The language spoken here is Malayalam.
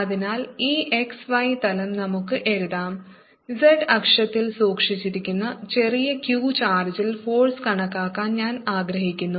അതിനാൽ ഈ x y തലം നമുക്ക് എഴുതാം z അക്ഷത്തിൽ സൂക്ഷിച്ചിരിക്കുന്ന ചെറിയ q ചാർജിൽ ഫോഴ്സ് കണക്കാക്കാൻ ഞാൻ ആഗ്രഹിക്കുന്നു